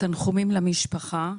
תנחומים למשפחה.